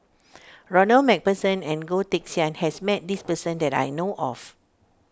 Ronald MacPherson and Goh Teck Sian has met this person that I know of